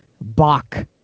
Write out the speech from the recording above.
bach